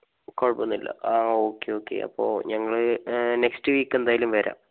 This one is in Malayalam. കുഴപ്പം ഒന്നുമില്ല ആ ഓക്കേ ഓക്കേ അപ്പോൾ ഞങ്ങൾ നെക്സ്റ്റ് വീക്ക് എന്തായാലും വരാം